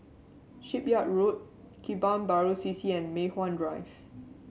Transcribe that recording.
Shipyard Road Kebun Baru C C and Mei Hwan Drive